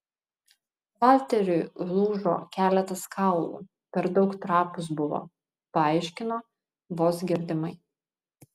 valteriui lūžo keletas kaulų per daug trapūs buvo paaiškino vos girdimai